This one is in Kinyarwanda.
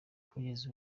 kugeza